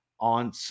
On